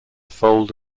fold